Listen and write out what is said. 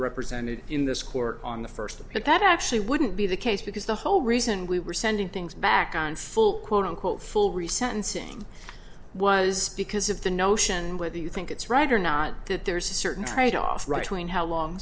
represented in this court on the first part that actually wouldn't be the case because the whole reason we were sending things back on full quote unquote full reset and sing was because of the notion and whether you think it's right or not that there's a certain tradeoff right wing how long